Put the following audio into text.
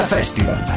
Festival